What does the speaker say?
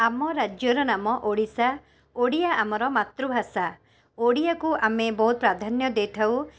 ଆମ ରାଜ୍ୟର ନାମ ଓଡ଼ିଶା ଓଡ଼ିଆ ଆମର ମାତୃଭାଷା ଓଡ଼ିଆକୁ ଆମେ ବହୁତ ପ୍ରାଧାନ୍ୟ ଦେଇଥାଉ